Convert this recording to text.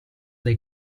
dei